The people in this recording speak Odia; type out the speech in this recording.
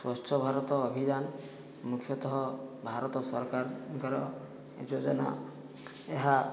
ସ୍ୱଚ୍ଛ ଭାରତ ଅଭିଯାନ ମୁଖ୍ୟତଃ ଭାରତ ସରକାରଙ୍କର ଯୋଜନା ଏହା